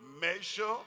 measure